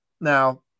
now